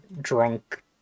drunk